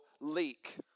leak